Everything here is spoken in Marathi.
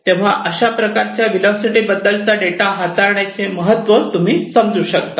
तेव्हा अशा प्रकारे व्हिलासिटी बद्दलचा डेटा हाताळण्याचे महत्त्व तुम्ही समजू शकतात